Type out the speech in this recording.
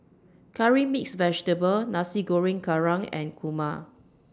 Curry Mixed Vegetable Nasi Goreng Kerang and Kurma